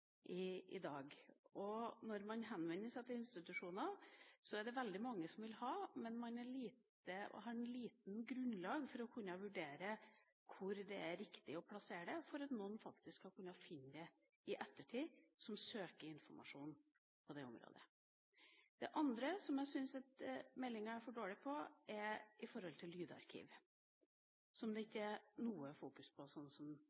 Når man henvender seg til institusjoner, er det veldig mange som vil ha, men man har lite grunnlag for å kunne vurdere hvor det er riktig å plassere det for at noen som søker informasjon på det området, faktisk skal kunne finne det i ettertid. Det andre som jeg syns meldinga er for dårlig på, er lydarkiv, som det